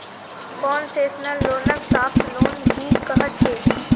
concessional लोनक soft loan भी कह छे